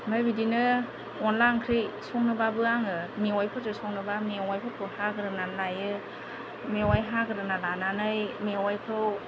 ओमफ्राय बिदिनो अनला ओंख्रि संनोब्लाबो आङो मेवाइफोरजो संनोब्ला मोवाइफोरखो हाग्रोनानै लायो मेवाइ हाग्रोना लानानै मेवाइखौ